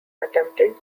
attempted